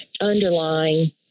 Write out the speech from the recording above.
underlying